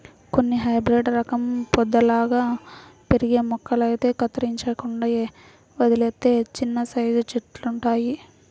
కొన్ని హైబ్రేడు రకం పొదల్లాగా పెరిగే మొక్కలైతే కత్తిరించకుండా వదిలేత్తే చిన్నసైజు చెట్టులంతవుతయ్